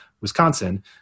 Wisconsin